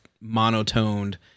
monotoned